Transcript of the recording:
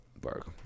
Bark